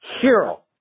hero